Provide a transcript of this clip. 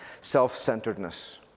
self-centeredness